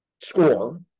score